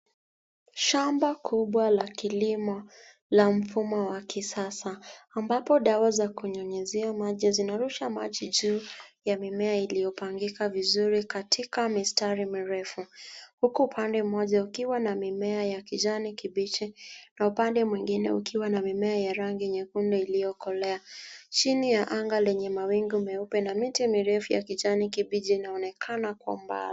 Shamba kubwa la kilimo la mfumo la kisasa ambapo dawa za kunyunyuzia maji, zinarusha maji juu ya mimea iliyopangika vizuri katika mistari mirefu huku upande mmoja ukiwa na mimea ya kijani kibichi na upande mwengine ukiwa na mimea ya rangi nyekundu iliyokolea. Chini ya anga lenye mawingu meupe na miti mirefu ya kijani kibichi inaonekana kwa mbali.